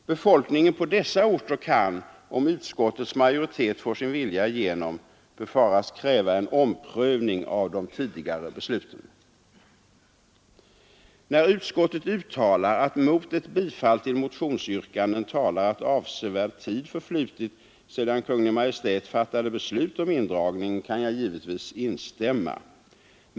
Befolkningen på dessa orter kan, om utskottets majoritet får sin vilja igenom, befaras kräva en omprövning av de tidigare besluten. När utskottet uttalar att mot ett bifall till motionsyrkandet talar att avsevärd tid förflutit sedan Kungl. Maj:t fattade beslut om indragning, kan jag givetvis instämma.